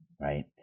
right